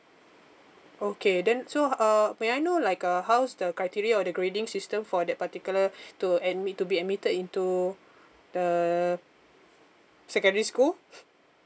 okay then so uh may I know like uh how was the criteria or the grading system for that particular to admit to be admitted into the secondary school